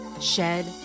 shed